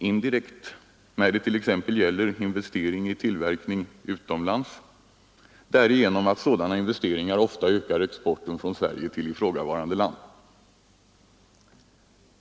Indirekt — när det t.ex. gäller investering i tillverkning utomlands — därigenom att sådana investeringar ofta ökar exporten från Sverige till ifrågavarande land.